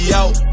out